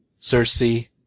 Cersei